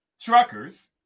truckers